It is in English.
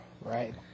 Right